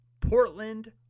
Portland